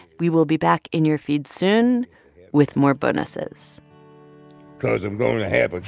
we will be back in your feed soon with more bonuses cause i'm going to have